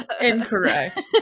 Incorrect